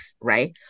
right